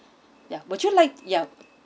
yeah would you like yeah